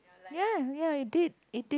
ya ya it did it did